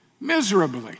miserably